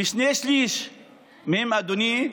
ושני שלישים מהם, אדוני,